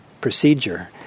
procedure